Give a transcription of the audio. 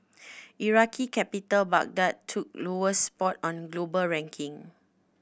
Iraqi capital Baghdad took lowest spot on global ranking